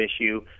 issue